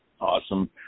Awesome